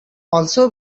also